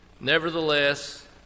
Nevertheless